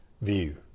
view